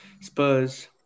Spurs